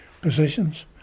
positions